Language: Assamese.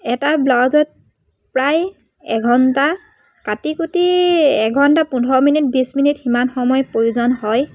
এটা ব্লাউজত প্ৰায় এঘণ্টা কাটি কুটি এঘণ্টা পোন্ধৰ মিনিট বিছ মিনিট সিমান সময় প্ৰয়োজন হয়